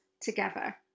together